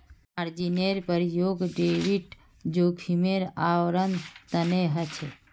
मार्जिनेर प्रयोग क्रेडिट जोखिमेर आवरण तने ह छे